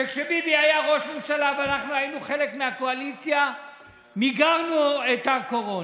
שכשביבי היה ראש ממשלה ואנחנו היינו חלק מהקואליציה מיגרנו את הקורונה.